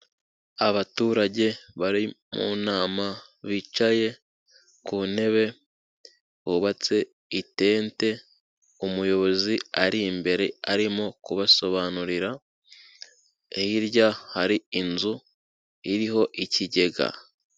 Abaturage bari mu nama, bicaye ku ntebe, bubatse itente, umuyobozi ari imbere arimo kubasobanurira, hirya hari inzu iriho ikigega.